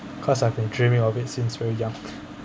cause I've been dreaming of it since very young